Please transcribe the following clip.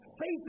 faith